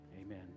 Amen